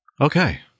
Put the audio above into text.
Okay